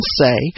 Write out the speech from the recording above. say